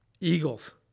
Eagles